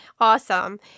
awesome